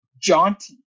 jaunty